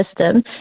system